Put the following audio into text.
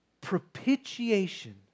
propitiation